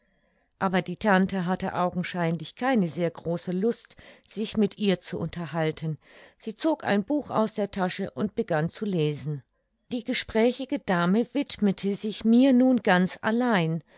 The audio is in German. aber die tante hatte augenscheinlich keine sehr große lust sich mit ihr zu unterhalten sie zog ein buch aus der tasche und begann zu lesen die gesprächige dame widmete sich mir nun ganz allein